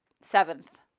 seventh